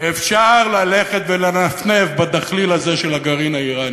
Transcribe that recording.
אפשר ללכת ולנפנף בדחליל הזה של הגרעין האיראני,